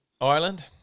Ireland